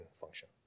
function